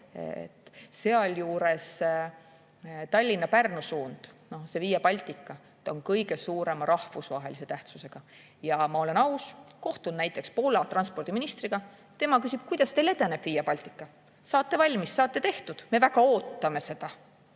Sealjuures Tallinna–Pärnu suund, see Via Baltica, on kõige suurema rahvusvahelise tähtsusega. Ma olen aus. Kohtun näiteks Poola transpordiministriga, tema küsib: "Kuidas teil edeneb Via Baltica? Saate valmis, saate tehtud? Me väga ootame seda."